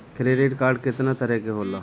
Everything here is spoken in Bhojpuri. क्रेडिट कार्ड कितना तरह के होला?